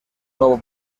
nuevo